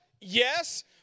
Yes